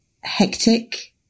hectic